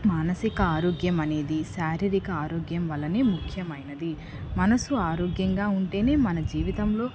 మానసిక ఆరోగ్యమనేది శారీరిక ఆరోగ్యం వలనే ముఖ్యమైనది మనసు ఆరోగ్యంగా ఉంటేనే మన జీవితంలో